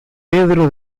pedro